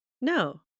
No